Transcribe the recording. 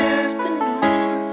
afternoon